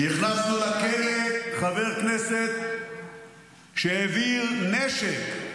הכנסנו לכלא חבר כנסת שהעביר נשק,